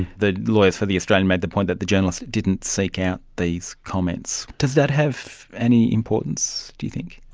the lawyers for the australian made the point that the journalists didn't seek out these comments. does that have any importance, do you think?